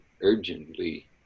urgently